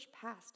past